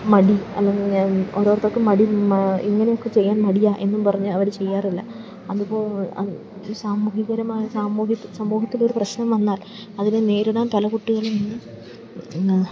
മടി അല്ലെങ്കില് ഞാന് ഓരോരുത്തര്ക്കും മടി ഇങ്ങനെയൊക്കെ ചെയ്യാൻ മടിയാ എന്നും പറഞ്ഞ് അവർ ചെയ്യാറില്ല അതുപോലെ സാമൂഹികപരമായ സാമൂഹ്യത് സമൂഹത്തിലൊരു പ്രശ്നം വന്നാൽ അതിനെ നേരിടാൻ പല കുട്ടികളില് നിന്നും